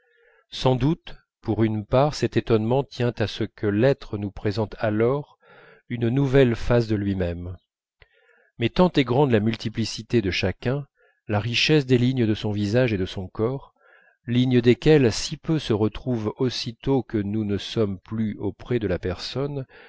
sans doute pour une part cet étonnement tient à ce que l'être nous présente alors une nouvelle face de lui-même mais tant est grande la multiplicité de chacun de la richesse des lignes de son visage et de son corps lignes desquelles si peu se retrouvent aussitôt que nous ne sommes plus auprès de la personne